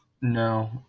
No